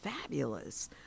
fabulous